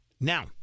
Now